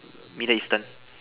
middle Eastern